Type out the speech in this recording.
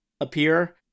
appear